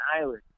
Island